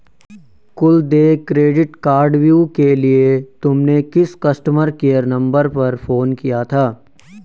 कुल देय क्रेडिट कार्डव्यू के लिए तुमने किस कस्टमर केयर नंबर पर फोन किया था?